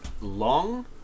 long